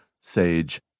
SAGE